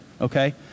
Okay